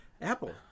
Apple